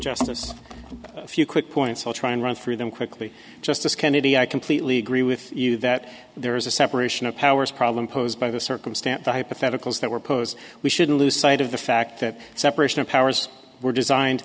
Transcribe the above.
justice a few quick points i'll try and run through them quickly justice kennedy i completely agree with you that there is a separation of powers problem posed by the circumstance the hypotheticals that were posed we shouldn't lose sight of the fact that separation of powers were designed